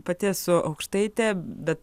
pati esu aukštaitė bet